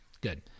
Good